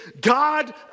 God